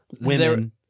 women